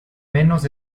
menos